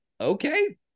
okay